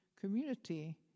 community